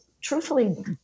truthfully